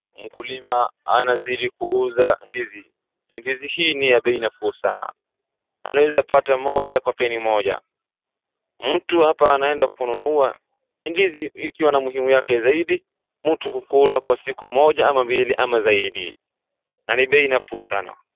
Mkulima anazidi kuuza ndizi, ndizi hii ni ya bei nafuu sana. Anaweza pata moja kwa peni moja. Mtu hapa anaenda kununua ndizi ikiwa na umuhimu yake zaidi mtu kukula kwa siku moja ama mbili ama zaidi na ni bei nafuu sana.